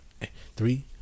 three